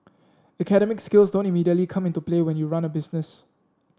academic skills don't immediately come into play when you run a business